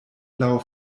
laŭ